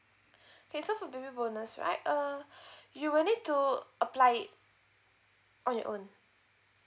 okay so for baby bonus right um you will need to apply it on your own